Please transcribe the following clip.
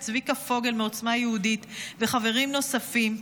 צביקה פוגל מעוצמה יהודית וחברים נוספים,